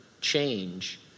change